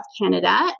Canada